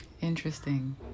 Interesting